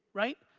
right?